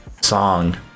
song